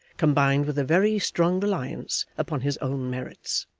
combined with a very strong reliance upon his own merits.